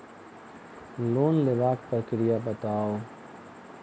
Loan लेबाक प्रक्रिया बताऊ?